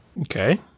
Okay